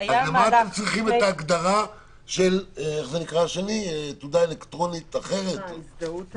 לְמָה אתם צריכים את ההגדרה של "הזדהות אלקטרונית בטוחה"?